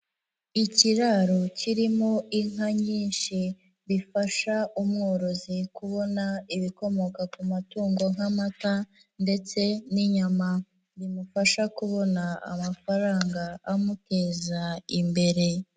Ikiraro kirimo inka nyinshi, bifasha umworozi kubona ibikomoka ku matungo nk'amata ndetse n'inyama, bimufasha kubona amafaranga amuteza imbere.